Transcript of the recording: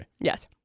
Yes